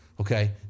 okay